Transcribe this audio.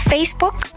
Facebook